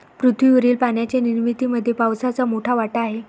पृथ्वीवरील पाण्याच्या निर्मितीमध्ये पावसाचा मोठा वाटा आहे